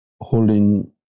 holding